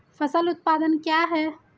फसल उत्पादन क्या है?